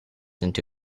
into